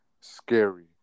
scary